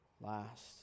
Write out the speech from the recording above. last